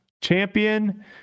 champion